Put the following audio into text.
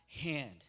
hand